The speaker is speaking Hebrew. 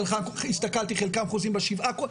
חלקם ראיתי שחוזרים ב-7 בינואר,